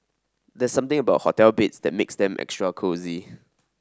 there's something about hotel beds that makes them extra cosy